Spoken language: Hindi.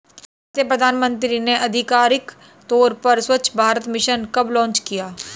भारतीय प्रधानमंत्री ने आधिकारिक तौर पर स्वच्छ भारत मिशन कब लॉन्च किया?